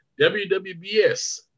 WWBS